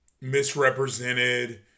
misrepresented